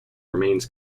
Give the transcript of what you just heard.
remains